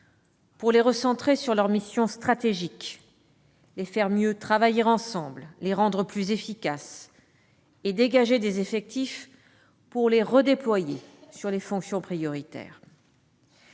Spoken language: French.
pour les recentrer sur leurs missions stratégiques, les faire mieux travailler ensemble, les rendre plus efficaces, et dégager des effectifs pour les redéployer sur les fonctions prioritaires.